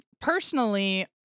personally